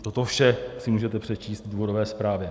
Toto vše si můžete přečíst v důvodové zprávě.